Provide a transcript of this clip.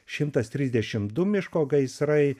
šimtas trisdešim du miško gaisrai